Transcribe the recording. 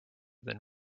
than